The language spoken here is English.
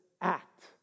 act